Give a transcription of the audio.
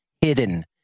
hidden